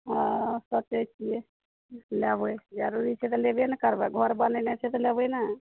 ओ सोचैत छियै लेबै जरूरी छै तऽ लेबे नहि करबै घर बनेनाइ छै तऽ लेबै नहि